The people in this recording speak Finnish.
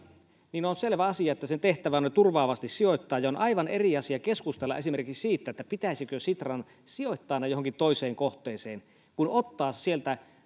niin on selvä asia että sen tehtävä on ne turvaavasti sijoittaa ja on aivan eri asia keskustella esimerkiksi siitä pitäisikö sitran sijoittaa ne johonkin toiseen kohteeseen kuin ottaa sieltä